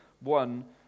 one